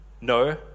no